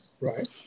Right